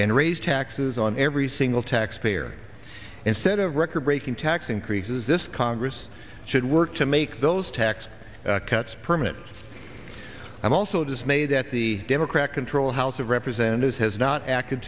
and raise taxes on every single taxpayer and set a record breaking tax increases this congress should work to make those tax cuts permanent i'm also dismayed that the democrat controlled house of representatives has not act